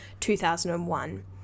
2001